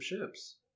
ships